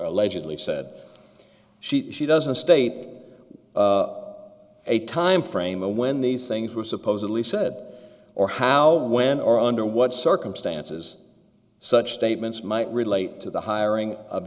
allegedly said she she doesn't state a time frame when these things were supposedly said or how when or under what circumstances such statements might relate to the hiring of